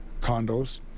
condos